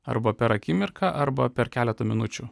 arba per akimirką arba per keletą minučių